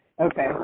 Okay